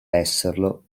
esserlo